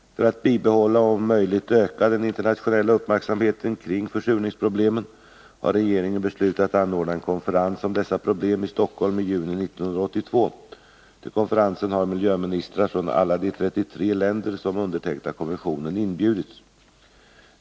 För att bibehålla och om möjligt öka den internationella uppmärksamheten kring försurningsproblemen har regeringen beslutat anordna en konferens om dessa problem i Stockholm i juni 1982. Till konferensen har miljöministrar från alla de 33 länder som undertecknat konventionen inbjudits.